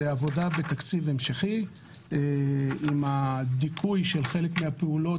זאת עבודה בתקציב המשכי עם הדיכוי של חלק מהפעולות